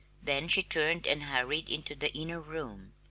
then she turned and hurried into the inner room.